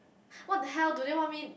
what the hell do they want me